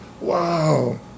wow